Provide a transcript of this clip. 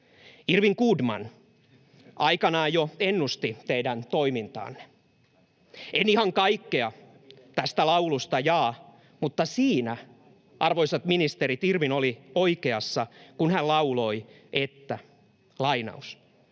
Irwin Goodman aikanaan jo ennusti teidän toimintaanne. En ihan kaikkea tästä laulusta jaa, mutta siinä, arvoisat ministerit, Irwin oli oikeassa, kun hän lauloi: ”Ette osaa